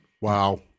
Wow